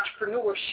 entrepreneurship